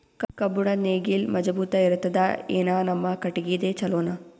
ಕಬ್ಬುಣದ್ ನೇಗಿಲ್ ಮಜಬೂತ ಇರತದಾ, ಏನ ನಮ್ಮ ಕಟಗಿದೇ ಚಲೋನಾ?